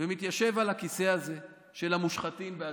ומתיישב על הכיסא הזה של המושחתים בעצמו.